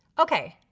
okay,